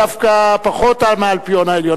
אלה דווקא פחות מהאלפיון העליון.